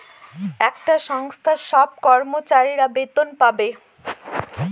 একটা সংস্থার সব কর্মচারীরা বেতন পাবে